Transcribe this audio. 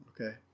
Okay